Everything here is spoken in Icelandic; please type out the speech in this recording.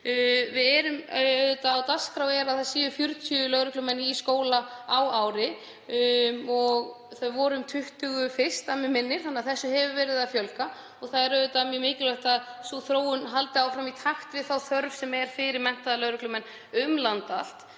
í nútímalöggæslu. Á dagskrá er að það séu 40 lögreglumenn í skóla á ári en þau voru um 20 fyrst, að mig minnir, þannig að þeim hefur verið að fjölga. Það er mjög mikilvægt að sú þróun haldi áfram í takt við þá þörf sem er fyrir menntaða lögreglumenn um land allt.